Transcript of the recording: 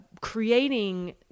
creating